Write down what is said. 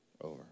over